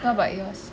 what about yours